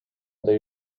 they